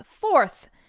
Fourth